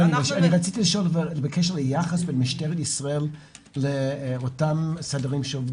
רציתי לשאול לגבי היחס של משטרת ישראל לאותם סדרנים.